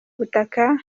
ubutaka